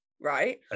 right